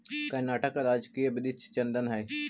कर्नाटक का राजकीय वृक्ष चंदन हई